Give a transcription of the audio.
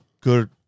good